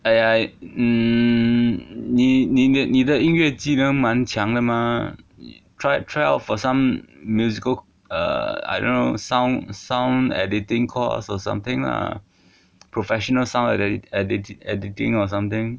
!aiya! mm 你你你的音乐技能蛮强的 mah try try out for some musical uh I don't know sound sound editing course or something lah professional sound like they edit editing or something